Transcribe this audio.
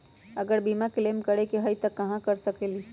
अगर बीमा क्लेम करे के होई त हम कहा कर सकेली?